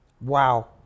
Wow